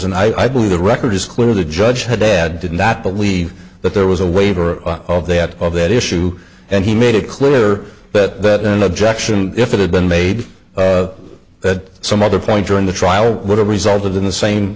and i believe the record is clear the judge had a bad did not believe that there was a waiver of all that of that issue and he made it clear that an objection if it had been made that some other point during the trial would have resulted in the same